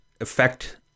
affect